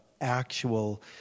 actual